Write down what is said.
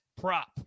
prop